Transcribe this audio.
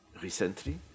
recently